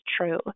true